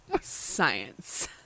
Science